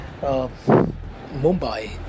Mumbai